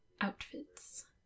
outfits